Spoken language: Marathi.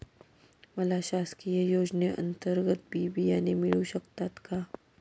मला शासकीय योजने अंतर्गत बी बियाणे मिळू शकतात का?